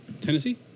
Tennessee